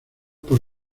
por